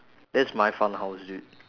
that's my fun house dude